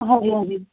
ਹਾਂਜੀ ਹਾਂਜੀ